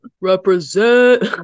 represent